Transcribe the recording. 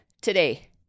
today